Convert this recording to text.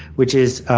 which is